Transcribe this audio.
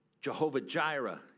Jehovah-Jireh